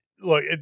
look